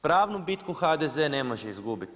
Pravnu bitku HDZ ne može izgubiti.